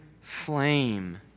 flame